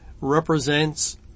represents